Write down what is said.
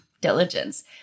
diligence